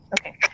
Okay